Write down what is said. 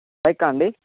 బైకా అండి